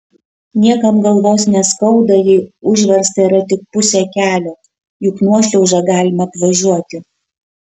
niekam galvos neskauda jei užversta yra tik pusė kelio juk nuošliaužą galima apvažiuoti